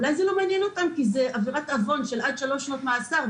אולי זה לא מעניין אותם כי זאת עבירת עוון של עד שלוש שנות מאסר,